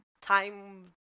time